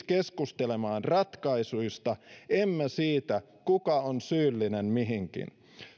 keskustelemaan ratkaisuista emme siitä kuka on syyllinen mihinkin